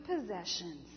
possessions